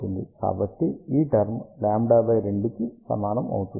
కాబట్టి ఈ టర్మ్ λ2 కి సమానం అవుతుంది